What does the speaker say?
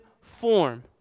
form